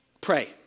pray